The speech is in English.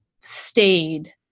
stayed